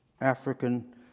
African